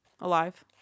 alive